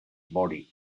body